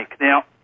Now